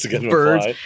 birds